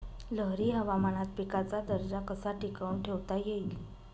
लहरी हवामानात पिकाचा दर्जा कसा टिकवून ठेवता येईल?